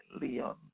Leon